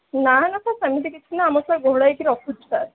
ନାଁ ନାଁ ସାର୍ ସେମିତି କିଛି ନାହିଁ ଆମର ତ ଘୋଡ଼ା ହୋଇକି ରଖୁଛୁ ସାର୍